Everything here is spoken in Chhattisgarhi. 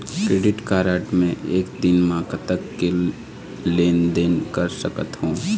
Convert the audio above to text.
क्रेडिट कारड मे एक दिन म कतक के लेन देन कर सकत हो?